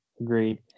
Agreed